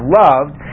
loved